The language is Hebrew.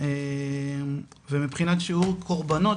ומבחינת שיעור קורבנות,